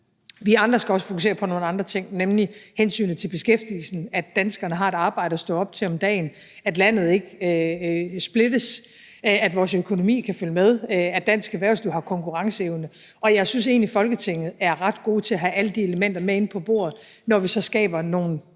Vi andre skal også fokusere på nogle andre ting, nemlig hensynet til beskæftigelsen, altså at danskerne har et arbejde at stå op til hver dag; at landet ikke splittes; at vores økonomi kan følge med; at dansk erhvervsliv har konkurrenceevne. Og jeg synes egentlig, at vi i Folketinget er ret gode til at have alle de elementer med ind på bordet, når vi så skaber nogle,